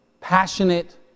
passionate